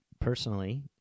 personally